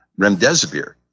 remdesivir